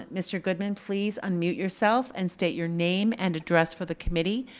ah mr. goodman, please unmute yourself and state your name and address for the committee.